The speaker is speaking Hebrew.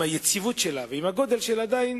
עם היציבות שלה ועם הגודל שלה, עדיין